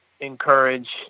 encourage